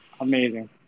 Amazing